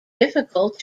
difficult